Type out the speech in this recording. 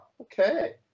Okay